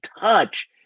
touch